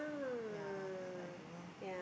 ya so I don't know